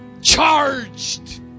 charged